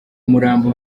murambo